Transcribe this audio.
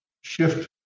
shift